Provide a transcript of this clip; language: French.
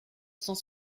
cent